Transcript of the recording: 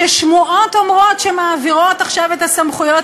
ששמועות אומרות שמעבירות עכשיו את הסמכויות